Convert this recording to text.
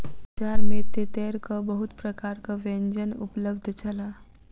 बजार में तेतैरक बहुत प्रकारक व्यंजन उपलब्ध छल